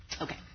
Okay